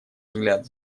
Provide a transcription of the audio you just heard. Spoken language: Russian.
взгляд